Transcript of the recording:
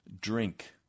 Drink